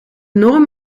norm